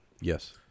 Yes